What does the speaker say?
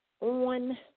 on